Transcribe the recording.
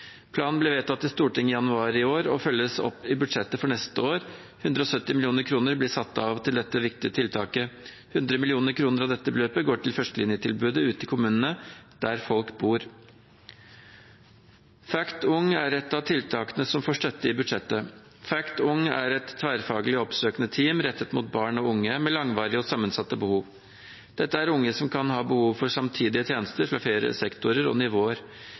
Planen ble vedtatt i Stortinget i januar i år og følges opp i budsjettet for neste år. 170 mill. kr blir satt av til dette viktige tiltaket. 100 mill. kr av dette beløpet går til førstelinjetilbudet ute i kommunene, der folk bor. FACT Ung er ett av tiltakene som får støtte i budsjettet. FACT Ung er et tverrfaglig oppsøkende team rettet mot barn og unge med langvarige og sammensatte behov. Dette er unge som kan ha behov for samtidige tjenester fra flere sektorer og nivåer,